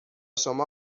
شما